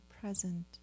present